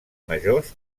majors